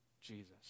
Jesus